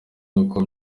uko